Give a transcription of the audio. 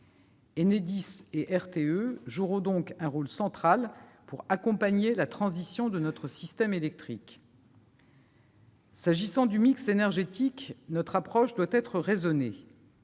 Enedis et RTE joueront donc un rôle central pour accompagner la transition de notre système électrique. S'agissant du mix énergétique, notre approche doit être raisonnée.